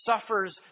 suffers